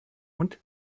und